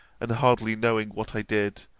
and, hardly knowing what i did,